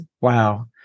Wow